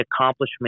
accomplishment